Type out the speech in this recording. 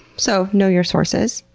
so, know your sources.